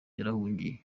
yarahungiye